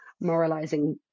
moralizing